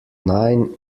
nine